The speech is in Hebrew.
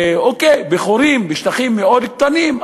בשטחים מאוד קטנים,